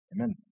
Amen